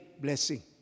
blessing